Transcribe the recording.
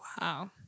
Wow